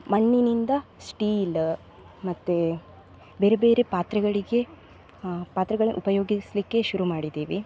ಮಣ್ಣಿನಿಂದ ಸ್ಟೀಲ್ ಮತ್ತು ಬೇರೆ ಬೇರೆ ಪಾತ್ರೆಗಳಿಗೆ ಪಾತ್ರೆಗಳನ್ನು ಉಪಯೋಗಿಸಲಿಕ್ಕೆ ಶುರು ಮಾಡಿದ್ದೀವಿ